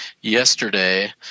yesterday